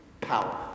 power